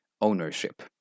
ownership